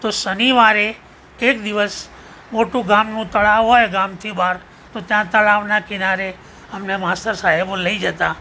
તો શનિવારે એક દિવસ મોટું ગામનું તળાવ હોય ગામથી બહાર તો ત્યાં તળાવના કિનારે અમને માસ્તર સાહેબો લઇ જતા